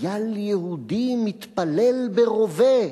"חייל יהודי מתפלל ברובה".